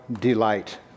delight